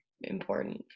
important